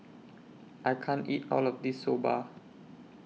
I can't eat All of This Soba